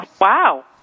Wow